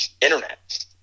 internet